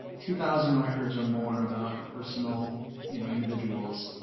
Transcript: two thousand records or more about personal you know individuals,